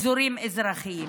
אזורים אזרחיים.